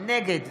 נגד